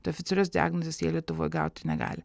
tai oficialios diagnozės jie lietuvoj gauti negali